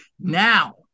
now